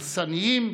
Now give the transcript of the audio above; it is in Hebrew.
הרסניים,